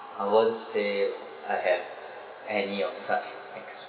I won't say I have any of such experience